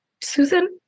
Susan